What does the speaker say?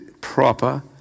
proper